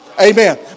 Amen